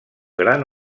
gran